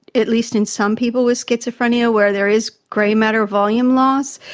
at least in some people with schizophrenia, where there is grey matter volume loss,